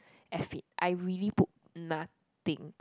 f it I really put nothing